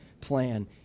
plan